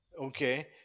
Okay